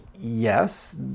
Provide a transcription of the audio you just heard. yes